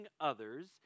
others